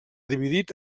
dividit